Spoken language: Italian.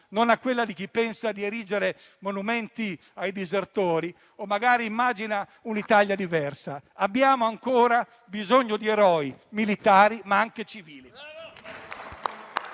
non a quelli di chi pensa di erigere monumenti ai disertori o magari immagina un'Italia diversa. Abbiamo ancora bisogno di eroi, militari ma anche civili.